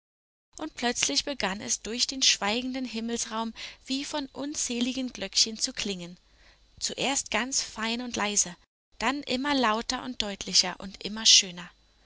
und plötzlich begann es durch den schweigenden himmelsraum wie von unzähligen glöckchen zu klingen zuerst ganz fein und leise dann immer lauter und deutlicher und immer schöner